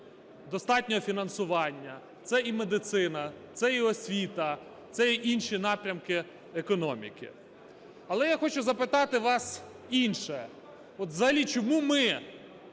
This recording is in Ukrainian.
достатньо фінансування. Це і медицина, це і освіта, це і інші напрямки економіки. Але я хочу запитати вас інше. От взагалі чому ми,